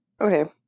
Okay